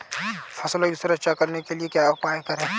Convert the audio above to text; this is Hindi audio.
फसलों की सुरक्षा करने के लिए क्या उपाय करें?